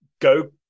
go